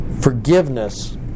forgiveness